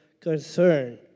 concern